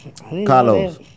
Carlos